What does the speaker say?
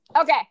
Okay